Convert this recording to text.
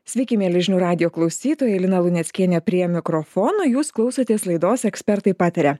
sveiki mieli žinių radijo klausytojai lina luneckienė prie mikrofono jūs klausotės laidos ekspertai pataria